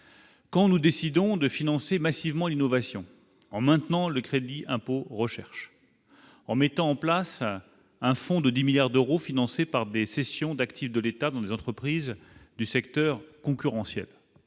Quand nous décidons de financer massivement innovation en maintenant le crédit impôt recherche, en mettant en place un fonds de 10 milliards d'euros financés par des cessions d'actifs de l'État dans les entreprises du secteur concurrentiel,